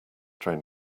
train